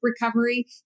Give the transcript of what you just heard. recovery